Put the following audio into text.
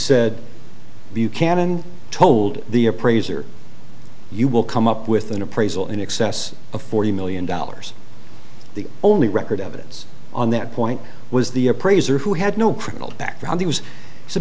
said buchanan told the appraiser you will come up with an appraisal in excess of forty million dollars the only record evidence on that point was the appraiser who had no criminal background he was